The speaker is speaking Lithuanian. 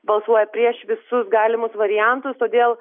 balsuoja prieš visus galimus variantus todėl